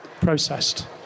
processed